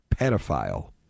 pedophile